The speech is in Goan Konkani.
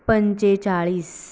पंचेचाळीस